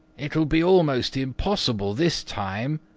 it'll be almost impossible this time,